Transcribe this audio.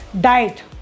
Diet